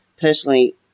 personally